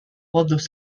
although